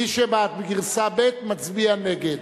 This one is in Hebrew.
ומי שהוא בעד גרסה ב' מצביע נגד.